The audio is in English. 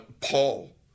Paul